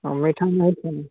हाँ मीठा नहीं खाना